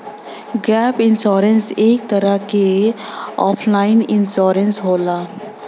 gap insurance एक तरे क ऑप्शनल इंश्योरेंस होला